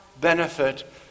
benefit